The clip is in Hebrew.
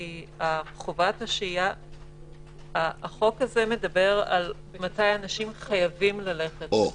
כי החוק הזה מדבר על מתי אנשים חייבים ללכת לבידוד.